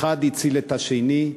האחד הציל את השני,